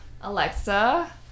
Alexa